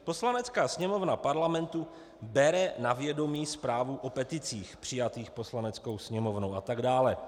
Poslanecká Sněmovna Parlamentu bere na vědomí zprávu o peticích přijatých Poslaneckou sněmovnou a tak dále.